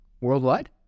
Worldwide